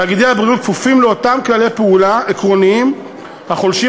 תאגידי הבריאות כפופים לאותם כללי פעולה עקרוניים החולשים